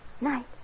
Night